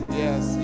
yes